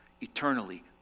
eternally